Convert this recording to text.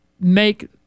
make